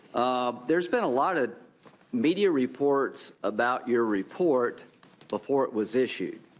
there has been a lot of media reports about your report before it was issued.